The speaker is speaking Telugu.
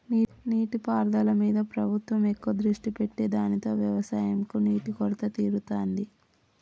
నీటి పారుదల మీద ప్రభుత్వం ఎక్కువ దృష్టి పెట్టె దానితో వ్యవసం కు నీటి కొరత తీరుతాంది